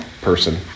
person